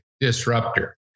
disruptor